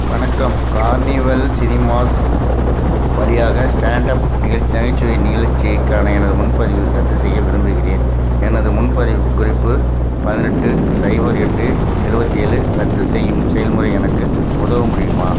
வணக்கம் Carnival Cinemas வழியாக stand up நிகல் நகைச்சுவை நிகழ்ச்சிக்கான எனது முன்பதிவு ரத்துசெய்ய விரும்புகிறேன் எனது முன்பதிவு குறிப்பு பதினெட்டு சைபர் எட்டு எழுவத்தேலு ரத்து செய்யும் செயல்முறை எனக்கு உதவ முடியுமா